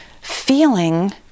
feeling